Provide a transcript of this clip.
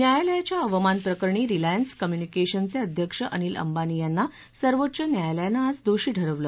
न्यायालयाच्या अवमान प्रकरणी रिलायन्स कम्युनिकेशनचे अध्यक्ष अनिल अंबानी यांना सर्वोच्च न्यायालयानं आज दोषी ठरवल